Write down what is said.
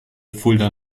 fulda